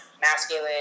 masculine